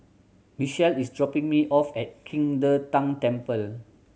Michelle is dropping me off at King De Tang Temple